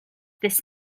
this